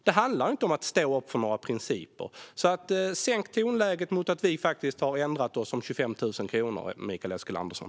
Det handlar inte om att stå upp för andra principer. Så sänk tonläget mot att vi har ändrat oss om 25 000 kronor, Mikael Eskilandersson!